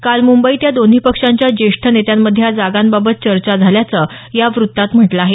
काल मुंबईत या दोन्ही पक्षांच्या ज्येष्ठ नेत्यांमध्ये या जागांबाबत चर्चा झाल्याचं या वृत्तात म्हटलं आहे